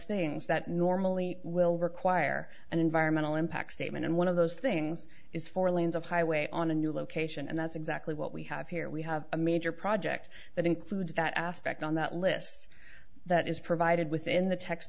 things that normally will require an environmental impact statement and one of those things is four lanes of highway on a new location and that's exactly what we have here we have a major project that includes that aspect on that list that is provided within the text